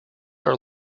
are